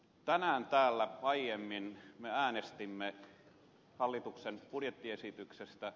tänään täällä aiemmin me äänestimme hallituksen budjettiesityksestä